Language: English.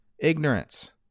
ignorance